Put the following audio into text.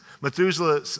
Methuselah